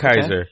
kaiser